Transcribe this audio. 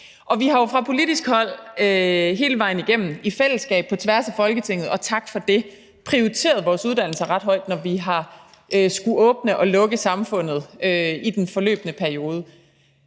Vi har jo fra politisk hold hele vejen igennem i fællesskab på tværs af Folketinget – og tak for det – prioriteret vores uddannelser ret højt, når vi har skullet åbne og lukke samfundet i den forløbne periode.